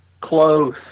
Close